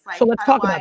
so let's talk like